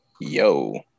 Yo